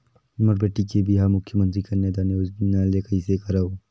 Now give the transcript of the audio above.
मोर बेटी के बिहाव मुख्यमंतरी कन्यादान योजना ले कइसे करव?